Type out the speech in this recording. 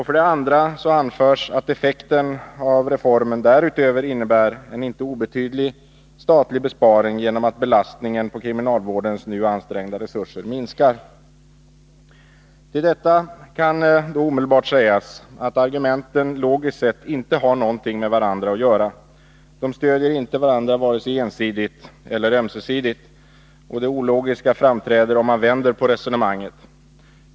För det andra anförs att effekten av reformen därutöver innebär en inte obetydlig statlig besparing genom att belastningen på kriminalvårdens nu ansträngda resurser minskar. Till detta kan omedelbart sägas att argumenten logiskt sett inte har någonting med varandra att göra. De stöder inte varandra vare sig ensidigt eller ömsesidigt. Det ologiska framträder om man vänder på resonemanget.